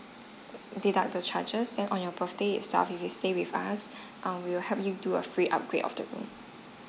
deduct the charges then on your birthday itself if you stay with us um we will help you do a free upgrade of the room